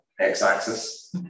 x-axis